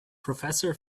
professor